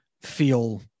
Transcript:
feel